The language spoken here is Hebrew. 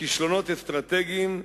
לכישלונות אסטרטגיים,